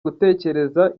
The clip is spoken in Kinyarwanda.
gutekereza